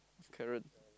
is carrot